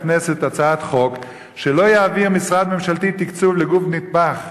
לכנסת הצעת חוק שלא יעביר משרד ממשלתי תקצוב לגוף נתמך,